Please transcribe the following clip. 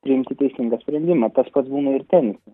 priimti teisingą sprendimą tas pats būna ir tenise